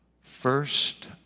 first